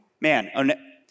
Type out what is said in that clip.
man